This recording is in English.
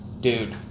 dude